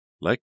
Let